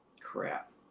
crap